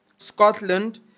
scotland